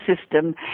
system